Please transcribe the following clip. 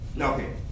Okay